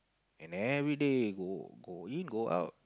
and everyday you go go in go out